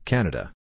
Canada